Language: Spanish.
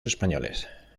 españoles